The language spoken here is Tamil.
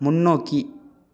முன்னோக்கி